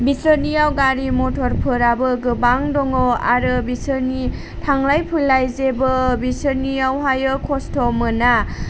बिसोरनियाव गारि मटरफोराबो गोबां दङ आरो बिसोरनि थांलाय फैलाय जेबो बिसोरनियावहायो खस्त' मोना